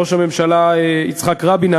ראש הממשלה יצחק רבין,